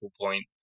point